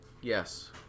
Yes